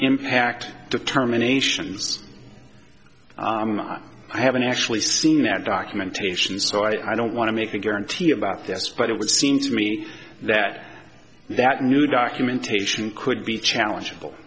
impact determinations i haven't actually seen that documentation so i don't want to make a guarantee about this but it would seem to me that that new documentation could be challeng